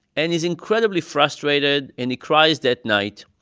and he's incredibly frustrated, and he cries that night.